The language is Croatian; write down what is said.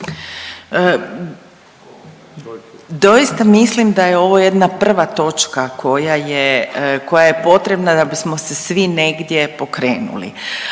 Doista mislim da je ovo jedna prva točka koja je, koja je potrebna da bismo se svi negdje pokrenuli.